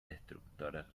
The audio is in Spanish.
destructores